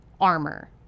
armor